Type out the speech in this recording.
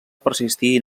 persistir